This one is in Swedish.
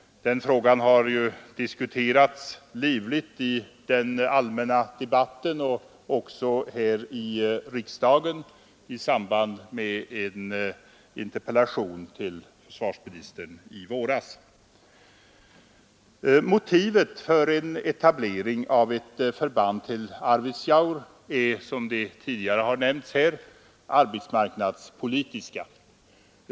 Den frågan har diskuterats livligt i den allmänna debatten och också här i riksdagen i samband med försvarsministerns svar på en interpellation i våras. Motiven för en etablering av ett förband i Arvidsjaur är, såsom tidigare nämnts, arbetsmarknadspolitiska.